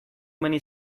many